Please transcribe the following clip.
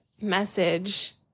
message